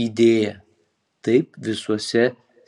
idėja taip visuose